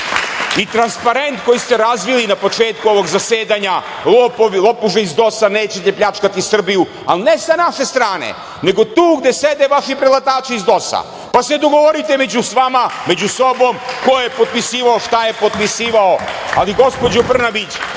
i transparent koji ste razvili i na početku ovog zasedanja – lopovi, lopuže iz DOS-a, nećete pljačkati Srbiju, ali ne sa naše strane, nego tu gde sede vaši preletači iz DOS-a, pa se dogovorite među vama, među sobom ko je potpisivao, šta je potpisivao ali, gospođo Brnabić,